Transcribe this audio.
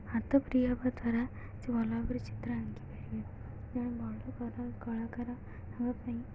ହାତ ଫ୍ରି ହବା ଦ୍ୱାରା ସେ ଭଲ ଭାବରେ ଚିତ୍ର ଆଙ୍କିପାରିବେ ଜଣେ ଭଲ କଳା କଳାକାର ହବା ପାଇଁ